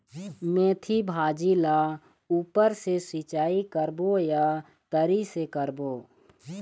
मेंथी भाजी ला ऊपर से सिचाई करबो या तरी से करबो?